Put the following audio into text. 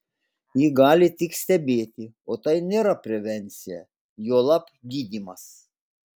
ji gali tik stebėti o tai nėra prevencija juolab gydymas